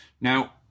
Now